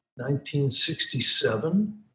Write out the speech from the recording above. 1967